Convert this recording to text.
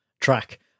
track